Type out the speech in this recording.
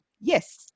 Yes